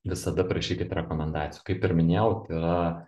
visada prašykit rekomendacijų kaip ir minėjau tai yra